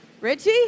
Richie